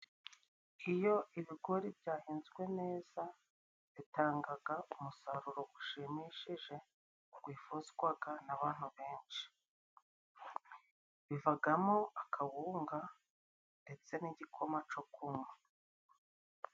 Iyo ibigori byahinzwe neza bitangaga umusaruro gushimishije gwifuzwaga n'abantu benshi. Bivagamo akawunga ndetse n'igikoma co kunywa.